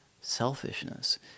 selfishness